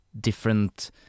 different